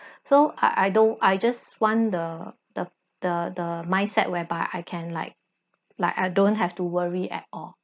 so I I don't I just want the the the the mindset whereby I can like like I don't have to worry at all